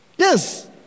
Yes